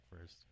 first